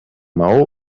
maó